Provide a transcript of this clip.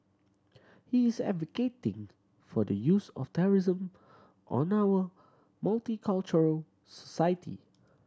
he is advocating for the use of terrorism on our multicultural society